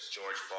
George